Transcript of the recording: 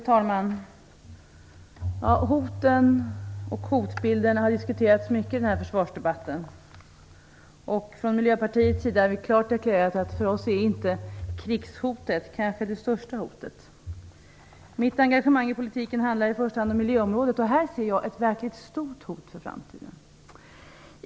Fru talman! Hoten och hotbilden har ju diskuterats mycket i den här försvarsdebatten. Från miljöpartiets sida har vi klart deklarerat att för oss är inte krigshotet det största hotet. Mitt engagemang i politiken handlar i första hand om miljöområdet. Jag ser här ett stort hot för framtiden.